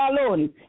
alone